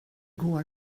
går